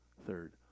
third